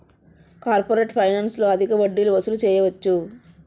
corporate ఫైనాన్స్లో అధిక వడ్డీలు వసూలు చేయవచ్చు